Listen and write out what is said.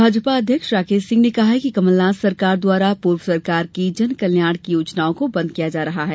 भाजपा अध्यक्ष राकेष सिंह ने कहा कि कमलनाथ सरकार द्वारा पूर्व सरकार की जनकल्याण की योजनाओं को बंद किया जा रहा है